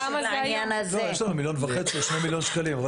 יש לנו 2-1.5 מיליון שקלים.